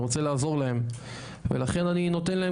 אני רוצה לעזור להם ולכן אני נותן להם